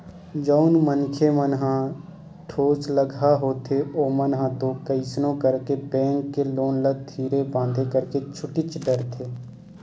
जउन मनखे मन ह ठोसलगहा होथे ओमन ह तो कइसनो करके बेंक के लोन ल धीरे बांधे करके छूटीच डरथे